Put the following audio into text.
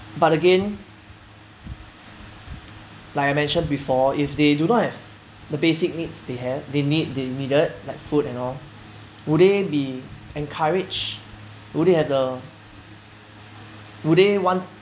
but again like I mentioned before if they do not have the basic needs they have they need they needed like food and all would they be encourage would they have the would they want